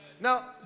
Now